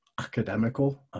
academical